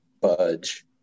budge